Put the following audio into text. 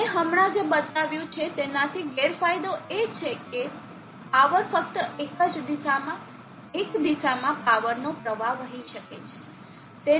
મેં હમણાં જે બતાવ્યું છે તેનાથી ગેરફાયદો એ છે કે પાવર ફક્ત એક જ દિશામાં એક દિશામાં પાવરનો પ્રવાહ વહી શકે છે